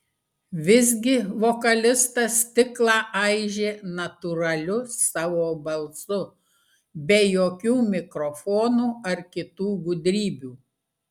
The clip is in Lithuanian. visgi vokalistas stiklą aižė natūraliu savo balsu be jokių mikrofonų ar kitų gudrybių